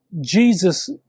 Jesus